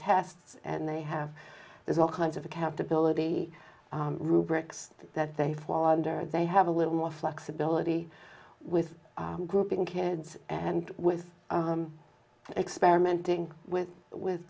tests and they have there's all kinds of accountability rubrics that they fall under they have a little more flexibility with grouping kids and with experimenting with with